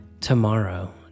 Tomorrow